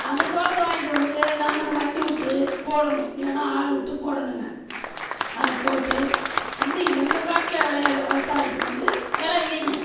அந்த சோளத்தை வாங்கிட்டு வந்து நாங்கள் அதை வண்டி விட்டு போடணும் இல்லைன்னா ஆள் விட்டு போடணுங்க அதை போட்டு வந்து எங்கள் காட்டில் விளையிற விவசாயத்துக்கு வந்து வெலை இல்லைங்க